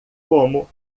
como